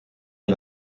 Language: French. est